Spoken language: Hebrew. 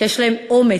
שיש להם אומץ,